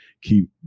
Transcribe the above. keep